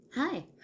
Hi